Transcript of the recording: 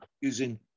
using